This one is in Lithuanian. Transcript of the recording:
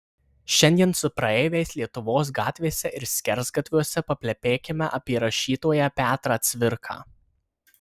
šiandien su praeiviais lietuvos gatvėse ir skersgatviuose paplepėkime apie rašytoją petrą cvirką